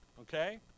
okay